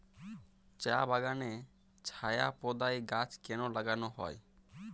চা বাগানে ছায়া প্রদায়ী গাছ কেন লাগানো হয়?